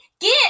get